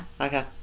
okay